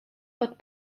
pod